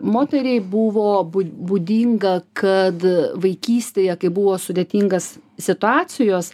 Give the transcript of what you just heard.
moteriai buvo būdinga kad vaikystėje kai buvo sudėtingas situacijos